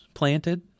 planted